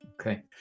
Okay